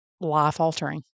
life-altering